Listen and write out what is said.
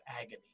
Agony